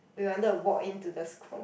we wanted to walk in to the school